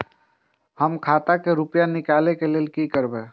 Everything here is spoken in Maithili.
हम खाता से रुपया निकले के लेल की करबे?